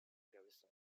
garrison